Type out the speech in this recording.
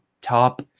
top